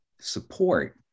support